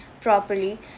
properly